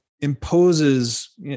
imposes